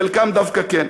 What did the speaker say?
וחלקם דווקא כן.